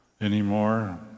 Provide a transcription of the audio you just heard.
anymore